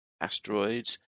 asteroids